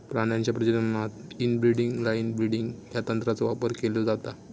प्राण्यांच्या प्रजननात inbreeding line breeding या तंत्राचो वापर केलो जाता